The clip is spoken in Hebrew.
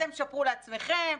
אתם תשפרו לעצמכם,